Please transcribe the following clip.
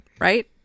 right